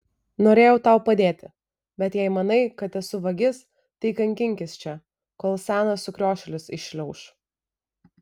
norėjau tau padėti bet jei manai kad esu vagis tai kankinkis čia kol senas sukriošėlis iššliauš